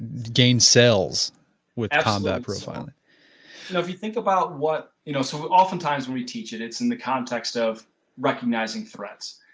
again sales with combat profiling absolutely. and if you think about what, you know so often times when we teach it, it's in the context of recognizing threats.